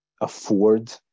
afford